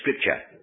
Scripture